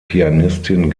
pianistin